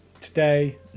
today